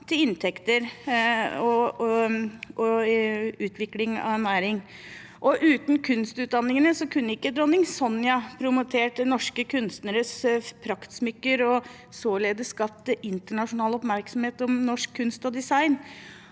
til inntekter og utvikling av næring. Uten kunstutdanningene kunne ikke dronning Sonja promotert norske kunstneres praktsmykker og således skapt internasjonal oppmerksomhet om norsk kunst og design,